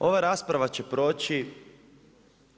I ova rasprava će proći,